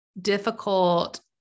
difficult